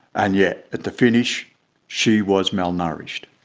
and yet at the finish she was malnourished.